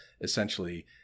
essentially